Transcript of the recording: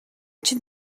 чинь